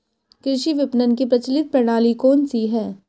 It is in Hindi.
कृषि विपणन की प्रचलित प्रणाली कौन सी है?